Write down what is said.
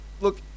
look